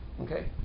Okay